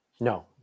No